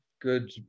good